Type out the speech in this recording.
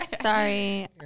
Sorry